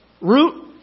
Root